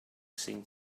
seemed